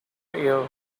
air